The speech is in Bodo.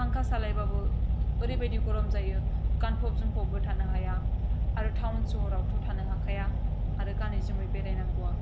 फांखा सालायबाबो ओरैबायदि गरम जायो गानफब जोमफबबो थानो हाया आरो थाउन सहरावथ' थानो हाखाया आरो गानै जोमै बेराय नांगौआ